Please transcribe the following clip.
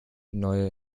neue